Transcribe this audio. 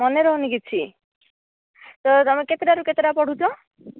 ମନେ ରହୁନି କିଛି ତ ତମେ କେତେଟା ରୁ କେତେଟା ପଢ଼ୁଛ